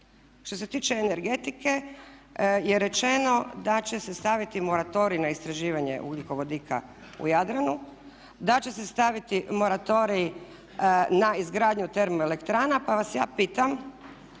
što se tiče energetike je rečeno da će se staviti moratorij na istraživanje ugljikovodika u Jadranu, da će se staviti moratorij na izgradnju termoelektrana. Pa vas ja pitam